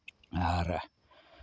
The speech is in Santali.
ᱟᱨ